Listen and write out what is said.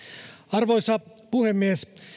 arvoisa puhemies